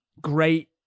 great